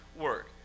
work